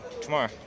tomorrow